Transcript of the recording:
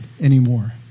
anymore